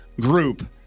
group